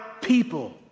people